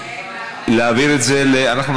מביאים את זה להצבעה, בכל מקרה אנחנו מצביעים.